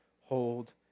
hold